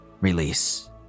release